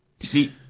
see